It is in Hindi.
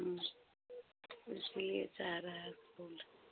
इसलिए चाह रहे हें फूल